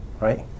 right